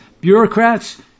bureaucrats